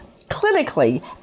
clinically